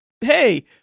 hey